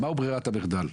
מהי ברירת המחדל?